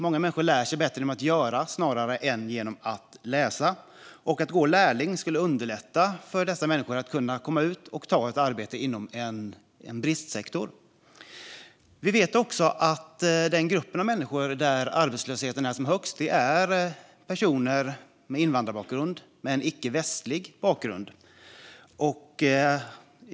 Många människor lär sig bättre genom att göra än genom att läsa. Att gå som lärling skulle underlätta för dessa människor att komma ut och ta ett arbete inom en bristsektor. Vi vet också att den grupp av människor där arbetslösheten är som högst är personer med invandrarbakgrund och icke-västlig bakgrund.